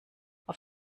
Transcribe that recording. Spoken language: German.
auf